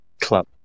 Club